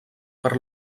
per